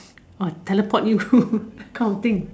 or teleport you counting